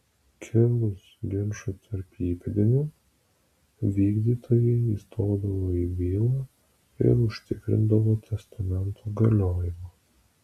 kilus ginčui tarp įpėdinių vykdytojai įstodavo į bylą ir užtikrindavo testamento galiojimą